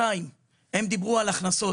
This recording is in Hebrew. שנית: הם דיברו על הכנסות.